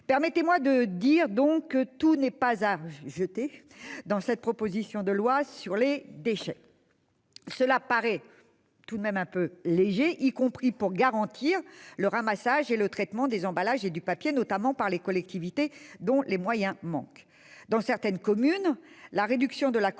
Permettez-moi de dire que tout n'est pas à jeter dans cette proposition de loi sur les déchets ! Cela paraît cependant un peu léger, y compris pour garantir le ramassage et le traitement des emballages et du papier, alors que les collectivités manquent